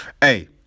hey